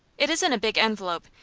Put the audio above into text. it is in a big envelope,